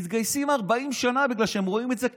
מתגייסים ל-40 שנה, בגלל שהם רואים את זה כצו.